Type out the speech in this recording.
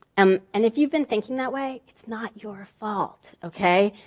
um and if you've been thinking that way, it's not your fault, okay?